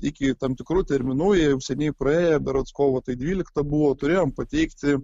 iki tam tikrų terminų jie jau seniai praėję berods kovo dvylikta buvo turėjom pateikti